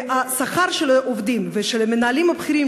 והשכר של העובדים ושל המנהלים הבכירים,